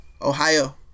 Ohio